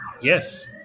Yes